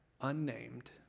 unnamed